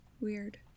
Weird